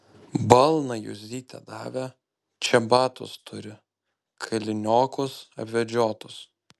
balną juzytė davė čebatus turi kailiniokus apvedžiotus